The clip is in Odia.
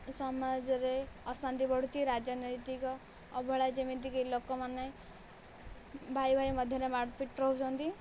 ସମାଜରେ ଅଶାନ୍ତି ବଢ଼ୁଛି ରାଜନୈତିକ ଅବହେଳା ଯେମିତି କି ଲୋକମାନେ ଭାଇ ଭାଇ ମଧ୍ୟରେ ମାଡ଼ ପିଟ ରହୁଛନ୍ତି